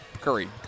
Curry